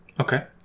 Okay